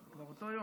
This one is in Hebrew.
לא, לא.